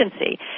Agency